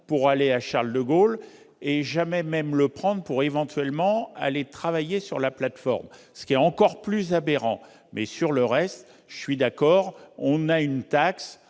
pour aller à Charles-de-Gaulle et jamais, même le prendre pour éventuellement aller travailler sur la plateforme, ce qui est encore plus aberrant mais sur le reste, je suis d'accord, on a une taxe